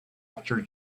after